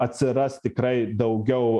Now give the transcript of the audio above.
atsiras tikrai daugiau